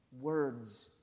words